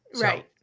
Right